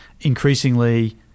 increasingly